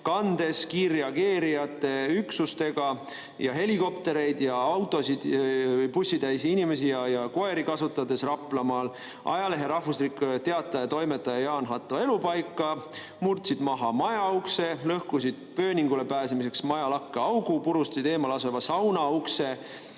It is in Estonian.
kandes kiirreageerijate üksustega helikoptereid ja autosid, bussitäit inimesi ja koeri kasutades Raplamaal ajalehe Rahvuslik Teataja toimetaja Jaan Hatto elupaika, murdsid maha majaukse, lõhkusid pööningule pääsemiseks maja lakke augu, purustasid eemal asuva sauna ukse,